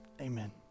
Amen